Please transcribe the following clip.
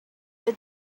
but